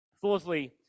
Fourthly